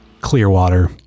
Clearwater